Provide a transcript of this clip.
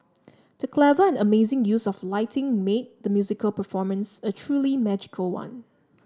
the clever and amazing use of lighting made the musical performance a truly magical one